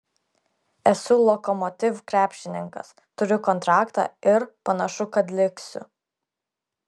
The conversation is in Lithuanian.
esu lokomotiv krepšininkas turiu kontraktą ir panašu kad liksiu